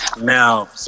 now